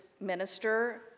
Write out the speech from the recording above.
minister